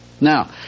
Now